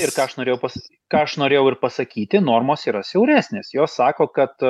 ir ką aš norėjau pas ką aš norėjau ir pasakyti normos yra siauresnės jos sako kad